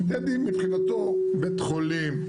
דדי מבחינתו בית חולים,